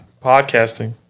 Podcasting